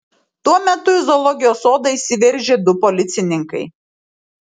tuo metu į zoologijos sodą įsiveržė du policininkai